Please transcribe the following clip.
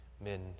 Men